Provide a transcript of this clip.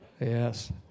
Yes